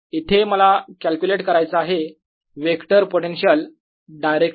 इथे मला कॅल्क्युलेट करायचा आहे वेक्टर पोटेन्शियल डायरेक्टली